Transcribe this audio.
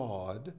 God